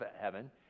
heaven